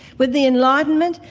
with the enlightenment,